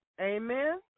Amen